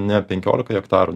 ne penkiolika hektarų